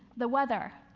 the weather,